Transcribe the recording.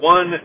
One